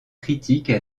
critiques